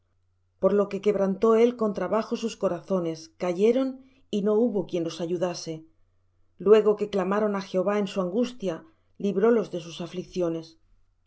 por lo que quebrantó él con trabajo sus corazones cayeron y no hubo quien los ayudase luego que clamaron á jehová en su angustia librólos de sus aflicciones